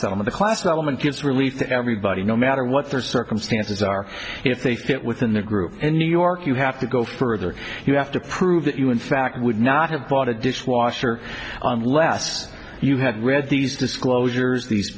some of the class that woman gets released everybody no matter what their circumstances are if they fit within the group in new york you have to go further you have to prove that you in fact would not have bought a dishwasher unless you had we had these disclosures these